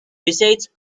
besides